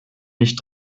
nicht